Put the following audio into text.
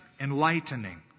enlightening